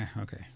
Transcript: okay